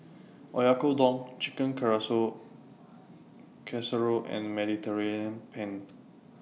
Oyakodon Chicken Casserole and Mediterranean Penne